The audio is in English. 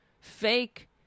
fake